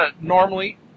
normally